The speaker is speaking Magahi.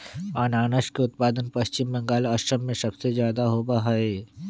अनानस के उत्पादन पश्चिम बंगाल, असम में सबसे ज्यादा होबा हई